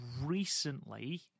recently